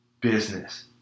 business